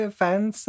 fans